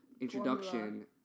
introduction